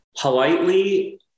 politely